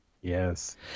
Yes